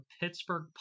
Pittsburgh